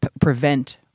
prevent